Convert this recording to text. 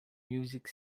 music